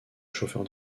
chauffeur